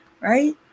right